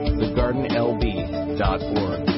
thegardenlb.org